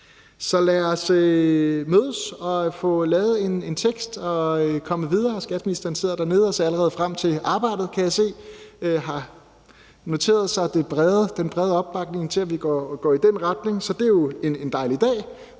Så lad os mødes og få lavet en tekst og komme videre. Skatteministeren sidder dernede og ser allerede frem til arbejdet, kan jeg se, og har noteret sig den brede opbakning til, at vi går i den retning. Så det er jo en dejlig dag,